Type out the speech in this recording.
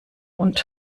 und